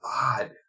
odd